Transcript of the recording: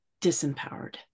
disempowered